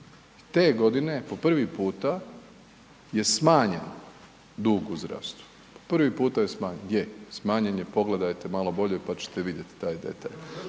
Te godine, po prvi puta je smanjen dug u zdravstvu, prvi puta je smanjen, je, smanjen je, pogledajte malo bolje pa ćete vidjeti taj detalj.